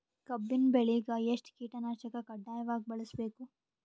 ಕಬ್ಬಿನ್ ಬೆಳಿಗ ಎಷ್ಟ ಕೀಟನಾಶಕ ಕಡ್ಡಾಯವಾಗಿ ಬಳಸಬೇಕು?